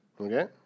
Okay